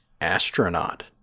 Astronaut